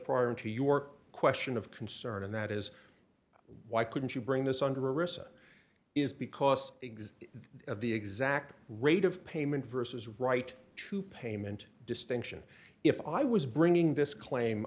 prior to your question of concern and that is why couldn't you bring this under rissa is because exe of the exact rate of payment versus right to payment distinction if i was bringing this claim